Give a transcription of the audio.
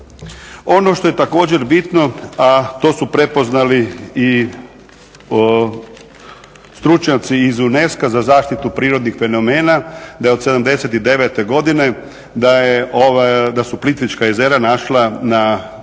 Ono što je također bitno, a to su prepoznali i stručnjaci iz UNESCO-a za zaštitu prirodnih fenomena da je od '79.godine da su Plitvička jezera našla na